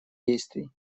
действий